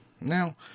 Now